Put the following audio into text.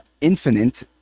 infinite